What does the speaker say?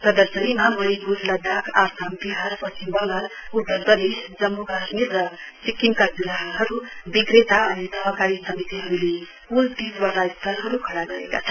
प्रदर्शनीमा मणिपुर लदाख आसाम विहार पश्चिम वंगाल उत्तर प्रदेश जम्मू काश्मीर र सिक्किमका जुलाहाहरु विक्रेता अनि सहकारी समितिहरुले कुल तीसवटा स्थलहरु खड़ा गरेका छन्